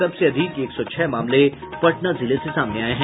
सबसे अधिक एक सौ छह मामले पटना जिले से सामने आये हैं